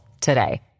today